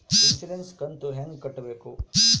Insurance ಕಂತು ಹೆಂಗ ಕಟ್ಟಬೇಕು?